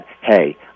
hey